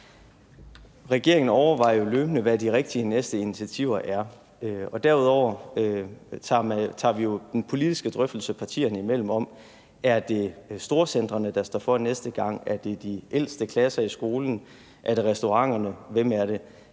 Regeringen overvejer jo løbende, hvad de rigtige næste initiativer er. Derudover tager vi jo den politiske drøftelse partierne imellem: Er det storcentrene, der står for næste gang? Er det de ældste klasser i skolen? Er det restauranterne? Hvem er det?